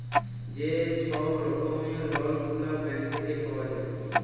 যে ছব রকমের লল গুলা ব্যাংক থ্যাইকে পাউয়া যায়